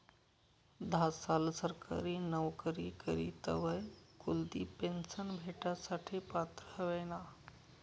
धा साल सरकारी नवकरी करी तवय कुलदिप पेन्शन भेटासाठे पात्र व्हयना